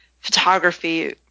photography